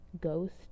Ghost